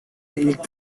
ilk